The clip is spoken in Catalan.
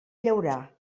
llaurar